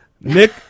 Nick